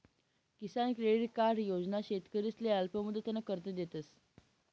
किसान credit card योजना शेतकरीसले अल्पमुदतनं कर्ज देतस